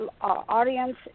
audience